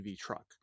truck